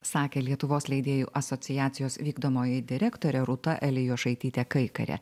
sakė lietuvos leidėjų asociacijos vykdomoji direktorė rūta elijošaitytė kaikarė